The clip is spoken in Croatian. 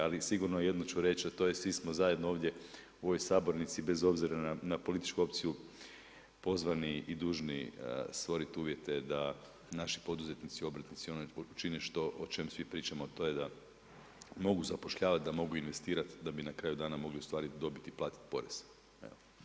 Ali sigurno jedno ću reć, a to je svi smo zajedno ovdje u ovoj sabornici bez obzira na političku opciju pozvani i dužni stvoriti uvjete da naši poduzetnici i obrtnici … čine o čemu svim pričamo, a to je da mogu zapošljavati, da mogu investirati da bi na kraju dana mogli ostvariti dobit i platiti porez.